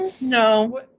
No